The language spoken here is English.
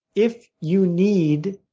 if you need,